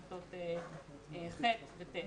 כיתות ח' ו-ט'.